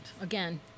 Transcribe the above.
again